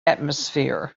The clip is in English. atmosphere